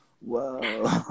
whoa